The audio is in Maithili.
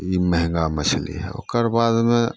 ई महगा मछली हइ ओकर बादमे